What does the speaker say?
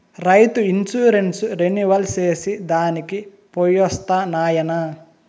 రైతు insurance renewal చేసి దానికి పోయొస్తా నాయనా